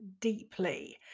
deeply